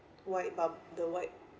white bub~ the white